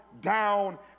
down